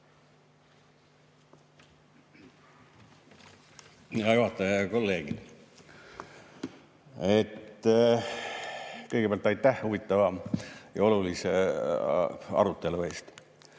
ja head kolleegid! Kõigepealt aitäh huvitava ja olulise arutelu eest!